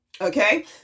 okay